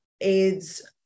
aids